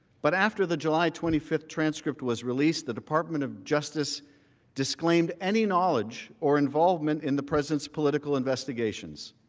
but after the july twenty five transcript was released, the department of justice disclaimed any knowledge or involvement in the president's political investigations.